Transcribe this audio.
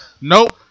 Nope